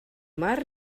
mar